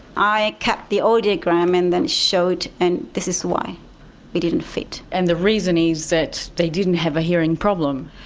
i kept the audiogram and then showed, and this is why we didn't fit. and the reason is that they didn't have a hearing problem?